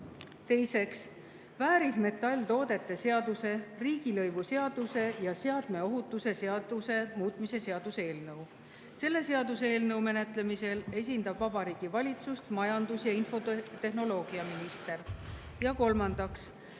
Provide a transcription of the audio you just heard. Teiseks, väärismetalltoodete seaduse, riigilõivuseaduse ja seadme ohutuse seaduse muutmise seaduse eelnõu. Selle seaduseelnõu menetlemisel esindab Vabariigi Valitsust majandus‑ ja infotehnoloogiaminister. Kolmandaks,